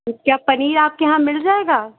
क्या पनीर आपके यहाँ मिल जाएगा